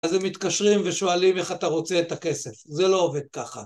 אז הם מתקשרים ושואלים איך אתה רוצה את הכסף, זה לא עובד ככה.